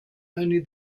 only